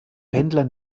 pendler